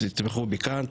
תתמכו בי כאן,